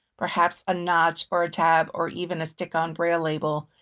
perhaps a notch, or a tab, or even a stick on braille label,